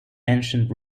ancient